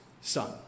Son